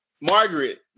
Margaret